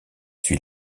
suit